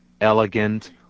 elegant